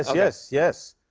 yes, yes, yes.